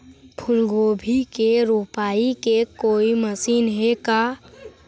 फूलगोभी के रोपाई के कोई मशीन हे का?